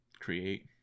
Create